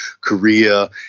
Korea